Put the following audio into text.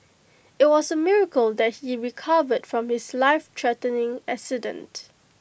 IT was A miracle that he recovered from his lifethreatening accident